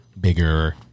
bigger